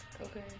Okay